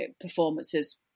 performances